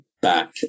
back